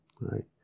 right